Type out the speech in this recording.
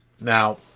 now